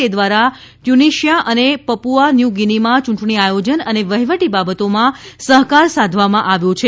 તે દ્વારા ટ્યુનિશિયા અને પપુઆ ન્યૂગીનીમાં ચૂંટણી આયોજન અને વહીવટી બાબતોમાં સહકાર સાધવામાં આવ્યો છે